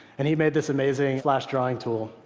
and he made this amazing flash drawing tool.